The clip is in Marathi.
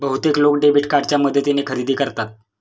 बहुतेक लोक डेबिट कार्डच्या मदतीने खरेदी करतात